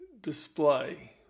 display